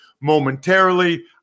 momentarily